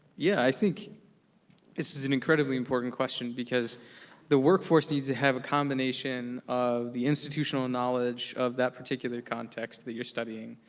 yeah, i think this is an incredibly important question because the work force needs to have a combination of the institutional knowledge of that particular context that you're studying.